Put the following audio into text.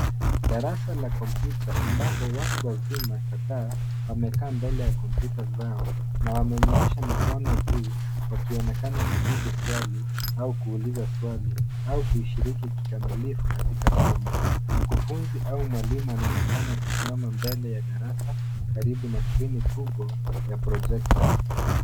Darasa la kompyuta ambapo watu wazima kadhaa, wamekaa mbele ya kompyuta zao, na wamenyoosha mikono juu, wakionekana kujibu swali au kuuliza swali au kushiriki kikamilifu katika somo. Mkufunzi au mwalimu anaonekana akisimama mbele ya darasa, karibu na skirini kubwa na projector .